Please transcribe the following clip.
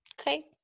Okay